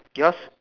yours